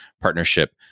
partnership